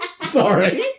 Sorry